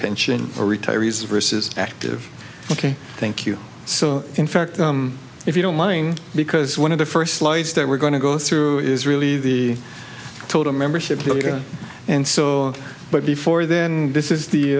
pension or retirees versus active ok thank you so in fact if you don't mind because one of the first slides that we're going to go through is really the total membership and so but before then this is the